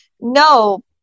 no